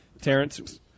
Terrence